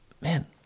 man